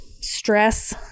stress